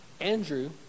Andrew